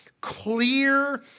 clear